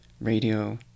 radio